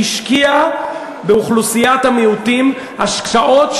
איפה היו היהודים?